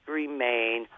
remain